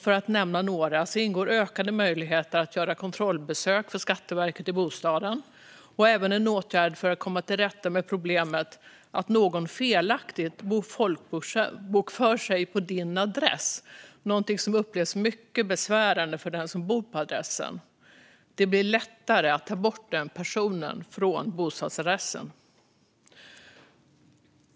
Bland annat ingår ökade möjligheter för Skatteverket att göra kontrollbesök i bostaden och en åtgärd för att komma till rätta med problemet att en person felaktigt folkbokför sig på en adress - något som upplevs som mycket besvärande för den som bor på adressen. Det blir nu lättare att ta bort denna person från bostadsadressen.